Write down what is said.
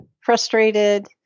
frustrated